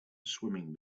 swimming